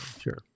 sure